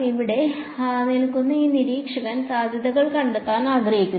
ഇവിടെ നിൽക്കുന്ന ഈ നിരീക്ഷകൻ സാധ്യതകൾ കണ്ടെത്താൻ ആഗ്രഹിക്കുന്നു